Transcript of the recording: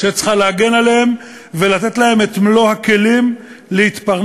שצריכה להגן עליהם ולתת להם את מלוא הכלים להתפרנס